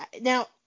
now